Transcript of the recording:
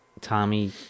Tommy